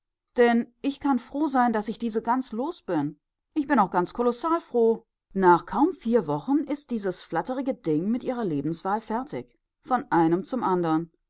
denn ich kann froh sein daß ich diese gans los bin ich bin auch ganz kolossal froh nach kaum vier wochen ist dieses flatterige ding mit ihrer lebenswahl fertig von einem zum andern